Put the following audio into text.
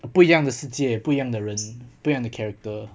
不一样的世界不一样的人不一样的 character